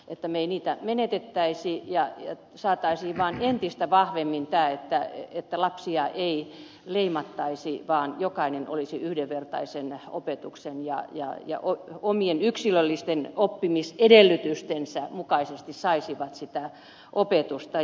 että me ei niitä menetettäisiin menettäisi vaan saataisiin entistä vahvemmin aikaan se että lapsia ei leimattaisi vaan että jokainen yhdenvertaisen opetuksen ja omien yksilöllisten oppimisedellytystensä mukaisesti saisi sitä opetusta